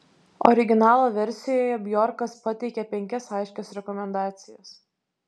originalo versijoje bjorkas pateikia penkias aiškias rekomendacijas